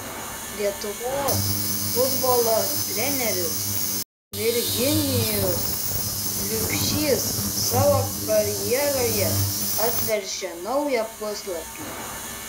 lietuvos futbolo treneris virginijus liubšys savo karjeroje atverčia naują puslapį